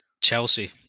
Chelsea